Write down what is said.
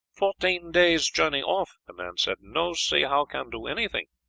fourteen days' journey off, the man said no see how can do anything.